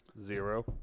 Zero